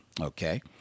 Okay